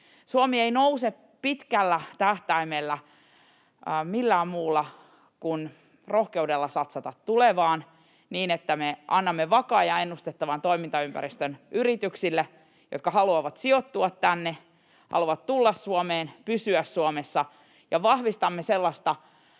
Suomi ei nouse pitkällä tähtäimellä millään muulla kuin rohkeudella satsata tulevaan niin, että me annamme vakaan ja ennustettavan toimintaympäristön yrityksille, jotka haluavat sijoittua tänne, haluavat tulla Suomeen, pysyä Suomessa, ja vahvistamme sellaista